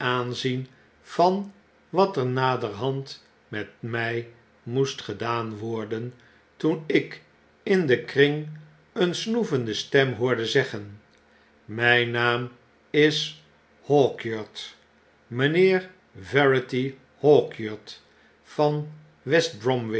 aanzien van wat er naderhand met my moest gedaan worden toen ik in den kring een snoevende stem hoorde zeggen myn naam is hawkyard mynheer verity hawkyard van west